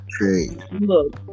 Look